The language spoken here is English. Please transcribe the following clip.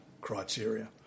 criteria